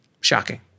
Shocking